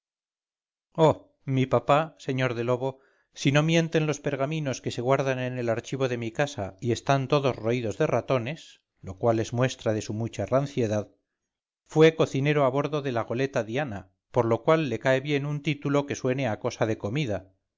mi papá sr de lobo si no mientenlos pergaminos que se guardan en el archivo de mi casa y están todos roídos de ratones lo cual es muestra de su mucha ranciedad fue cocinero a bordo de la goleta diana por lo cual le cae bien un título que suene a cosa de comida